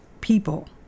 people